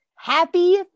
Happy